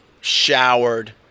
showered